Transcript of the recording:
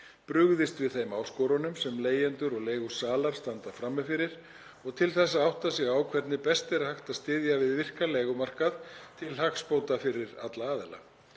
brugðist við þeim áskorunum sem leigjendur og leigusalar standa frammi fyrir og til þess að átta sig á hvernig best er hægt að styðja við virkan leigumarkað til hagsbóta fyrir alla aðila.